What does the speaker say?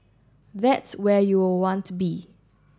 that's where you will want to be